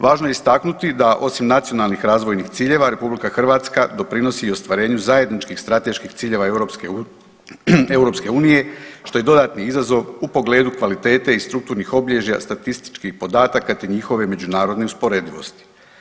Važno je istaknuti da osim nacionalnih razvojnih ciljeva RH doprinosi i ostvarenju zajedničkih strateških ciljeva EU što je dodatni izazov u pogledu kvalitete i strukturnih obilježja statističkih podataka te njihove međunarodne usporedivosti.